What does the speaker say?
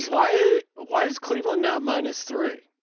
why? why is cleveland not minus three?